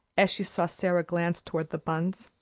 as she saw sara glance toward the buns.